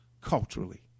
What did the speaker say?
culturally